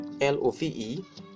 L-O-V-E